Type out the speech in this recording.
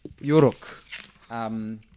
Yoruk